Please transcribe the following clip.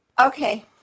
okay